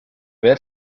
ver